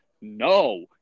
No